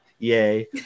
Yay